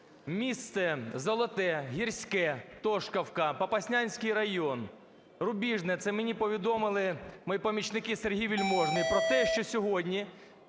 Міста Золоте, Гірське, Тошківка (Попаснянський район). Це мені повідомили мої помічники, Сергій Вельможний, про те, що сьогодні